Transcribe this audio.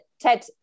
ted